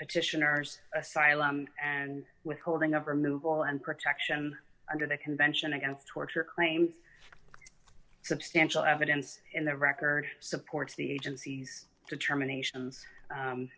petitioners asylum and withholding of removal and protection under the convention against torture claims substantial evidence in the record supports the agency's determinations